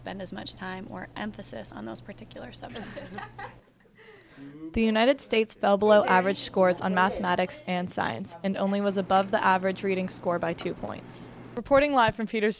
spend as much time or emphasis on this particular subject because the united states fell below average scores on mathematics and science and only was above the average reading score by two points reporting live from peter